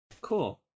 Cool